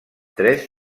tres